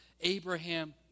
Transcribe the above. Abraham